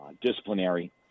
disciplinary